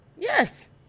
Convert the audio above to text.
Yes